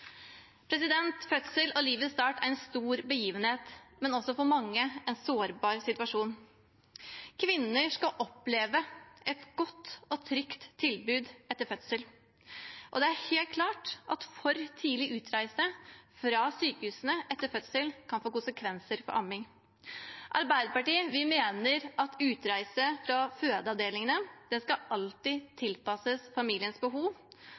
Fødsel og livets start er en stor begivenhet, men også en sårbar situasjon for mange. Kvinner skal oppleve et godt og trygt tilbud etter fødsel, og det er helt klart at for tidlig utreise fra sykehusene etter fødsel kan få konsekvenser for amming. Arbeiderpartiet mener at utreise fra fødeavdelingene alltid skal tilpasses familiens behov,